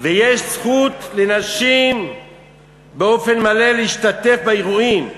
ויש זכות לנשים באופן מלא להשתתף באירועים.